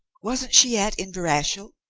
wasn't she at inverashiel?